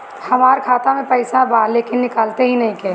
हमार खाता मे पईसा बा लेकिन निकालते ही नईखे?